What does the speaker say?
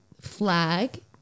flag